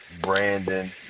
Brandon